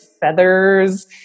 feathers